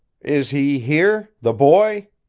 is he here the boy?